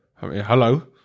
hello